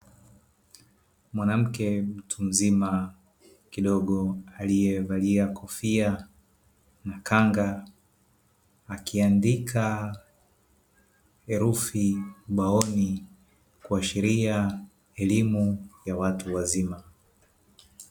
Mwanamke mtu mzima kidogo, aliyevalia kofia na kanga akiandika herufi ubaoni kuashiria elimu ya watu wazima.